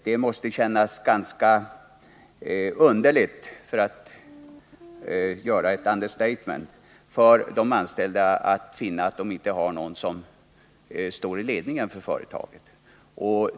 Det måste, för att använda ett understatement, kännas ganska underligt för de anställda att finna att de inte har någon som står i ledningen för företaget.